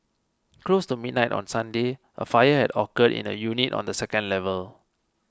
close to midnight on Sunday a fire had occurred in a unit on the second level